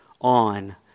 on